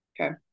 Okay